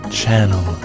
channel